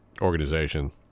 organization